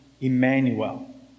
Emmanuel